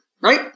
right